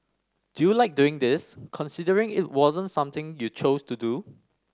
do you like doing this considering it wasn't something you chose to do